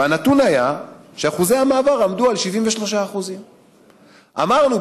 והנתון היה שאחוזי המעבר עמדו על 73%. אמרנו: